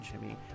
jimmy